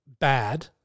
bad